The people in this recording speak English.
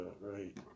right